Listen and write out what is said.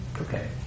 okay